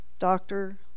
doctor